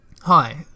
Hi